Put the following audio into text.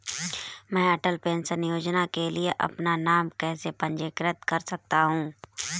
मैं अटल पेंशन योजना के लिए अपना नाम कैसे पंजीकृत कर सकता हूं?